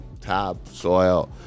topsoil